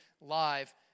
live